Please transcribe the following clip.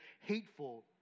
hateful